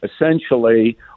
essentially